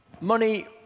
Money